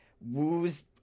Wu's